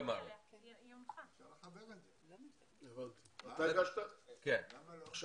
לגבי הנושא של הזכאות לגמלה, הבעיה הכי גדולה